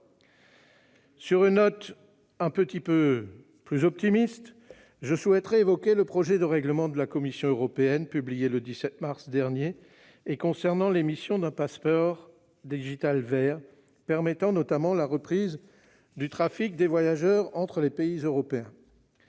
Sur une note un peu plus optimiste, je souhaiterais évoquer le projet de règlement de la Commission européenne, publié le 17 mars dernier, concernant l'émission d'un passeport digital vert permettant, notamment, la reprise du trafic des voyageurs entre les pays européens.